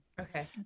Okay